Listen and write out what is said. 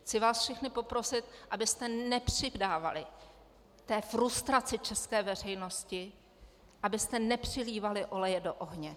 Chci vás všechny poprosit, abyste nepřidávali k té frustraci české veřejnosti, abyste nepřilívali oleje do ohně.